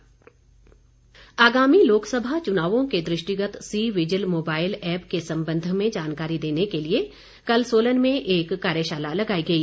cVIGIL आगामी लोकसभा चुनावों के दृष्टिगत सी विजिल मोबाइल ऐप के संबन्ध में जानकारी देने के लिए कल सोलन में एक कार्यशाला लगाई गई